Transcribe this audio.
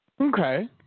Okay